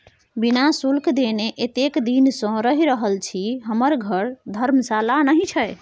बिना शुल्क देने एतेक दिन सँ रहि रहल छी हमर घर धर्मशाला नहि छै